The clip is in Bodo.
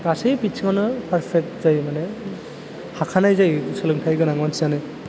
गासै बिथिङावनो फारपेक जायो मानि हाखानाय जायो सोलोंथाइ गोनां मानसियानो